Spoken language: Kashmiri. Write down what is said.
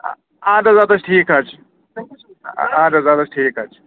اَدٕ حظ اَدٕ حظ ٹھیٖک حظ چھُ اَدٕ حظ اَدٕ حظ ٹھیٖک حظ چھُ